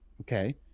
Okay